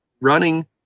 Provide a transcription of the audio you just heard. Running